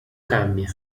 cambia